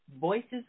Voices